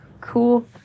cool